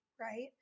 right